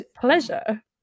pleasure